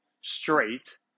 straight